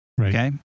okay